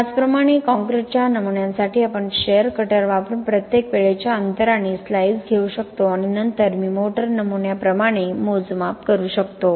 त्याचप्रमाणे काँक्रीटच्या नमुन्यांसाठी आपण शेअर कटर वापरून प्रत्येक वेळेच्या अंतराने स्लाइस घेऊ शकतो आणि नंतर मी मोटर नमुन्यांप्रमाणे मोजमाप करू शकतो